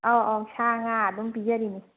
ꯑꯧ ꯑꯧ ꯁꯥ ꯉꯥ ꯑꯗꯨꯝ ꯄꯤꯖꯔꯤꯅꯤ